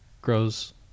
grows